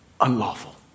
unlawful